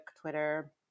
Twitter